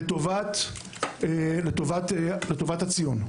לטובת הציון.